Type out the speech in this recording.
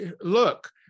look